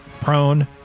prone